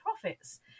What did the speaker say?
profits